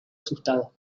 asustado